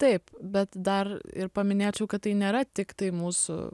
taip bet dar ir paminėčiau kad tai nėra tiktai mūsų